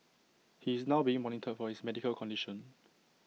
he is now being monitored for his medical condition